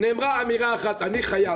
נאמרה אמירה אחת: אני חייל.